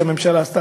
שהממשלה עשתה,